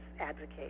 advocate